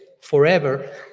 forever